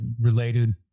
related